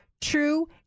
true